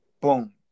boom